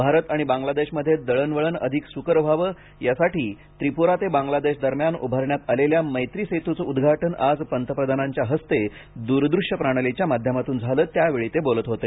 भारत आणि बांगलादेशमध्ये दळण वळण अधिक सुकर व्हावं यासाठी त्रिपुरा ते बांगलादेश दरम्यान उभारण्यात आलेल्या मैत्री सेतूचं उद्घाटन आज पंतप्रधानांच्या हस्ते दूरदृश्य प्रणालीच्या माध्यमातून झालं त्यावेळी ते बोलत होते